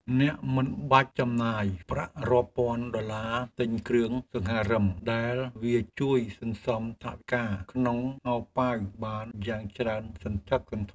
អ្នកមិនបាច់ចំណាយប្រាក់រាប់ពាន់ដុល្លារទិញគ្រឿងសង្ហារិម ដែលវាជួយសន្សំថវិកាក្នុងហោប៉ៅបានយ៉ាងច្រើនសន្ធឹកសន្ធាប់។